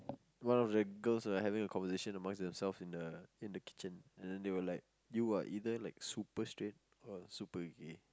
one of the girls were having a conversation among themselves in the I think the kitchen having a conversation and then they're like you are either super straight or super gay